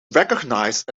recognized